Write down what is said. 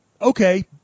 okay